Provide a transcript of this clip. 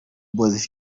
boys